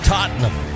Tottenham